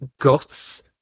guts